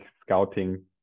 scouting